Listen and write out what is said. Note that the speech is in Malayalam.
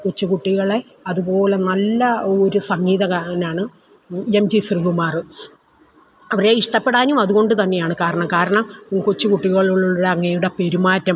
കൊച്ചുകുട്ടികളെ അതുപോലെ നല്ല ഒരു സംഗീതകനാണ് എം ജീ ശ്രീകുമാർ അവരെ ഇഷ്ടപ്പെടാനും അതുകൊണ്ടുതന്നെയാണ് കാരണം കാരണം കൊച്ചുകുട്ടികളോടുള്ള അങ്ങേരുടെ പെരുമാറ്റം